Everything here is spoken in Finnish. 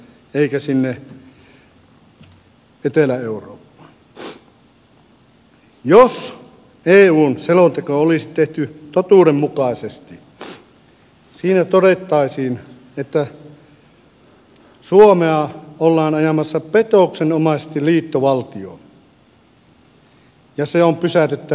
jos eun selonteko olisi tehty totuudenmukaisesti siinä todettaisiin että suomea ollaan ajamassa petoksenomaisesti liittovaltioon ja se on pysäytettävä heti